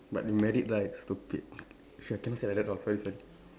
but you married right stupid shit I cannot say like that for friends right